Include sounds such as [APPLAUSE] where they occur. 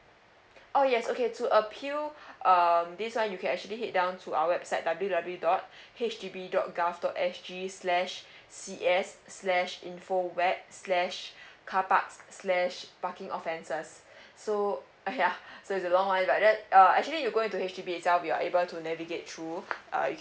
oh yes okay to appeal um this one you can actually head down to our website W W W dot H D B dot gov dot S G slash C A S slash info web slash carparks slash parking offences so [LAUGHS] ya so it's a long one if like that uh actually you go into H_D_B itself we're able to navigate through uh